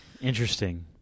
Interesting